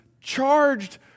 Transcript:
charged